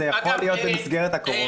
אז זה יכול להיות במסגרת הקורונה בתו הסגול.